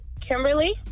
Kimberly